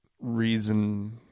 reason